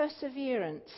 perseverance